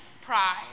Pride